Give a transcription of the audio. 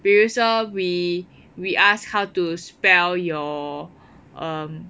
比如说 we we ask how to spell your um